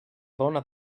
dona